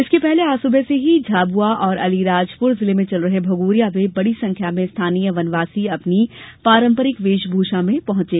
इसके पहले आज सुबह से झाबुआ और अलीराजपुर जिले में चल रहे भगोरिया में बड़ी संख्या में स्थानीय वनवासी अपनी पारंपरिक वेशभूषा में पहुंचे